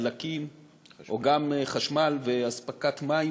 דלקים או גם חשמל ואספקת מים,